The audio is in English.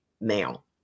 male